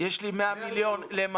יש לי 100 מיליון לממ"דים.